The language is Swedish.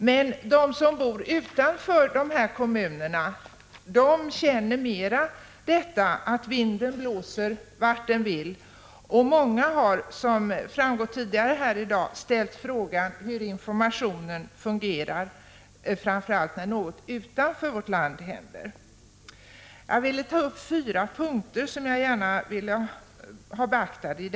Men de som bor utanför dessa kommuner känner mera att vinden blåser vart den vill, och många har, som framgått tidigare här i dag, ställt frågan hur informationen fungerar, framför allt när något händer utanför vårt land. Jag vill ta upp fyra punkter som jag i detta sammanhang gärna vill ha beaktade.